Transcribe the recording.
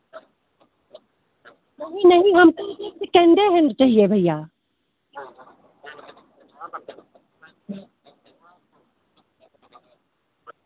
नहीं नहीं हमको तो सिर्फ़ सेकेंडे हेन्ड चाहिए भैया